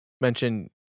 mention